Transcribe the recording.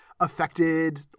affected